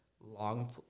long